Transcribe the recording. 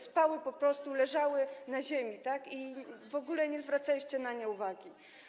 spały one po prostu, leżały na ziemi i w ogóle nie zwracaliście na nie uwagi.